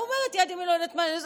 יד ימין לא יודעת מה יד שמאל עושה,